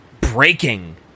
breaking